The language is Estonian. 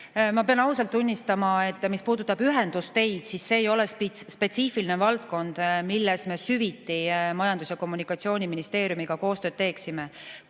Ma pean ausalt tunnistama, et mis puudutab ühendusteid, siis see ei ole spetsiifiline valdkond, milles me süviti Majandus- ja Kommunikatsiooniministeeriumiga koostööd teeksime.